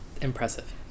impressive